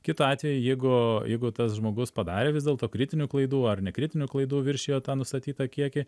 kitu atveju jeigu jeigu tas žmogus padarė vis dėlto kritinių klaidų ar nekritinių klaidų viršijo tą nustatytą kiekį